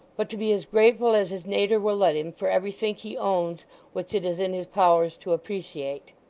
but to be as grateful as his natur will let him, for everythink he owns which it is in his powers to appreciate.